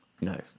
No